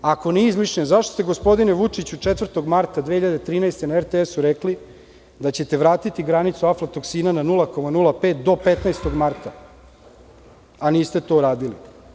Ako nije izmišljen, zašto ste gospodine Vučiću 4. marta 2013. godine na RTS rekli da ćete vratiti granicu aflatoksina na 0,05 do 15. marta, a niste to uradili?